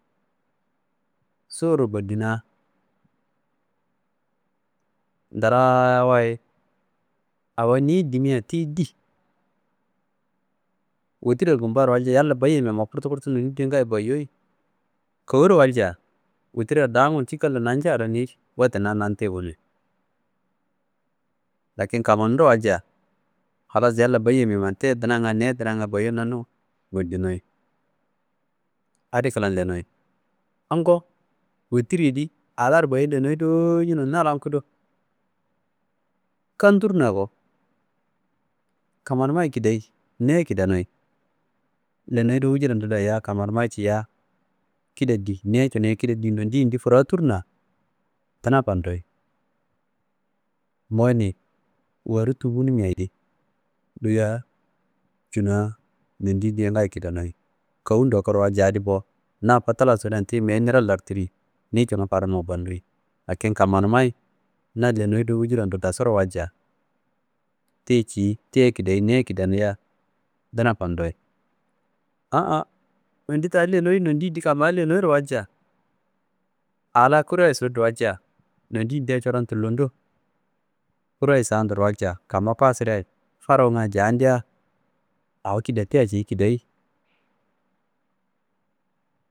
Sorro bedduna ndaraa wayi awo niyi dimia tiyi di, wetira gumbaro walcia yalla baye mia ma kurtikurti ni- n ti- n ngayo bayoyi. Kowwuro walcia wotirra dangum cikaalo nancia do ni wette na nantuye wunun. Lakin kammanumro walcia halas yalla baye mia ma ti- ye dunga ni- ye dunanga bayo nanno bodunoyi adi klan lenoyi. Ungo wetiryedi a laro bayo lenoyi dowo ñuno na lan kudo kanturna ko kammanummayi ye kidayi ni- ye kidanuyi lenoi dowo wujuranda dayiya kammanummmayi cia kida di ni- ye cia kida di nondi yindi fraturna duna fandoi. « Mowonniyi wari tuwunu » miayedi duya cuna nondi yindiye ngayi kidanoi kowu ndokuro walcia adi bo na kottu la sodan tiyi meyi niro lartiri, niyi cunum faruwunumma banduyi lakin kammanummayi na lenoi do wujurando dasurowalcia ti- ye ciyi tiyi kidayi niyi ye kidaniya duna fandoi. An an nondi ta lenoi nondi yindi kamma lenoiro walcia a la kuraye soduro walcia nondi yindia coron tullondo kurayi sanduro walcia kamma kuwa sirayi faruwunga jandia awo kidatuya ciyi kidayi